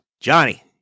Johnny